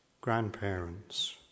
grandparents